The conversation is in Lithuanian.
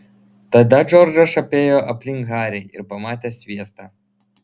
tada džordžas apėjo aplink harį ir pamatė sviestą